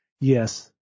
yes